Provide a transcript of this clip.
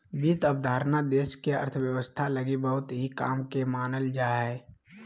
वित्त अवधारणा देश के अर्थव्यवस्था लगी बहुत ही काम के मानल जा हय